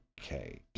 Okay